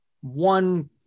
one